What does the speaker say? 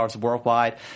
worldwide